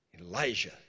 Elijah